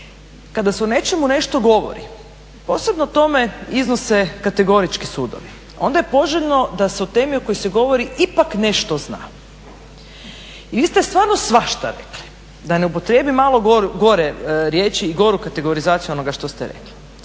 kada se o nečemu nešto govori posebno o tome iznose kategorički sudovi onda je poželjno da se o temi o kojoj se govori ipak nešto zna. I vi ste stvarno svašta rekli da ne upotrijebim malo gore riječi i goru kategorizaciju onoga što ste rekli